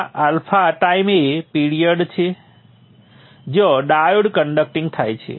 આ α ટાઈમ એ પિરીઅડ છે જ્યાં ડાયોડ કંડક્ટિંગ થાય છે